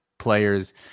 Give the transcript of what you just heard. players